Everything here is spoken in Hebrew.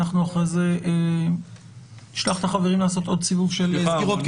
אחרי זה נשלח את החברים לעשות עוד סיבוב של סגירות.